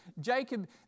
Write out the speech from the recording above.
Jacob